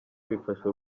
bifasha